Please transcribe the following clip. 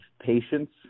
patience